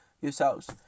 yourselves